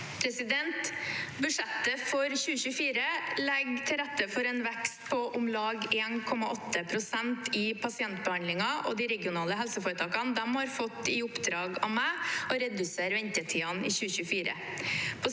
Budsjettet for 2024 legger til rette for en vekst på om lag 1,8 pst. i pasientbehandlingen, og de regionale helseforetakene har fått i oppdrag av meg å redusere ventetidene i 2024.